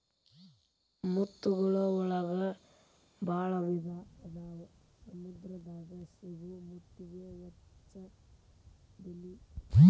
ಮುತ್ತುಗಳ ಒಳಗು ಭಾಳ ವಿಧಾ ಅದಾವ ಸಮುದ್ರ ದಾಗ ಸಿಗು ಮುತ್ತಿಗೆ ಹೆಚ್ಚ ಬೆಲಿ